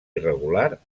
irregular